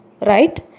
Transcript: right